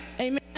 Amen